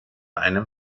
einem